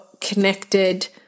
connected